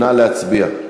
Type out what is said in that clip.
נא להצביע.